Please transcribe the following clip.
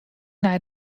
nei